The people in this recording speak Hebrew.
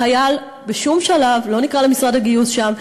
החייל בשום שלב לא נקרא למשרד הגיוס שם.